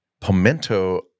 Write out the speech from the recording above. pimento